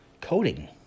coding